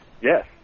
Yes